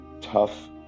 tough